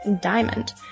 diamond